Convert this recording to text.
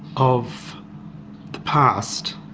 of the past.